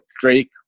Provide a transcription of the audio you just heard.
Drake